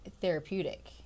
therapeutic